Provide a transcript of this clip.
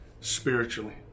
spiritually